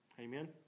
Amen